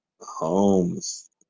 Holmes